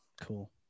Cool